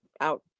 out